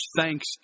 thanks